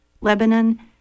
Lebanon